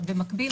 במקביל,